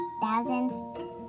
Thousands